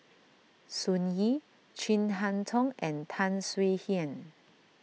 Sun Yee Chin Harn Tong and Tan Swie Hian